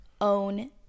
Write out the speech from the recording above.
own